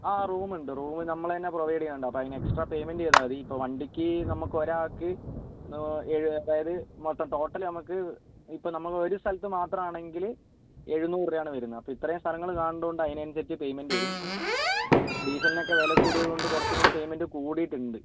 ആ റൂമുണ്ട് റൂമ് നമ്മൾ തന്നെ പ്രൊവൈഡ് ചെയ്യണുണ്ട് അത് എക്സ്ട്രാ പേയ്മെൻറ്റ് ചെയ്താൽ മതി ഇപ്പോൾ വണ്ടിക്ക് നമുക്കൊരാൾക്ക് എഴു അതായത് മൊത്തം ടോട്ടല് നമുക്ക് ഇപ്പം നമുക്ക് ഒരു സ്ഥലത്ത് മാത്രമാണെങ്കിൽ എഴുന്നൂറ് രൂപയാണ് വരുന്നത് അപ്പം ഇത്രേം സ്ഥലങ്ങൾ കാണണ്ടെ കൊണ്ട് അതിനനുസരിച്ച് പേയ്മെൻറ്റ് വരും ഇപ്പം ഡീസൽനൊക്കെ വില കൂടിയതുകൊണ്ട് കുറച്ചുംകൂടെ പേയ്മെൻറ്റ് കൂടിയിട്ടുണ്ട്